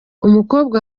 umukobwa